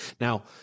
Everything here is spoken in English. now